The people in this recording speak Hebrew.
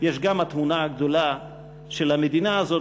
יש גם התמונה הגדולה של המדינה הזאת,